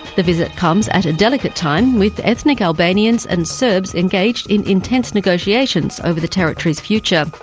the visit comes at a delicate time, with ethnic albanians and serbs engaged in intense negotiations over the territory's future.